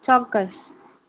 ચોક્કસ હા